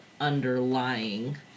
underlying